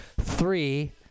Three